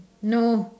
no